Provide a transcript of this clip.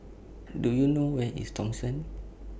Do YOU know Where IS Thomson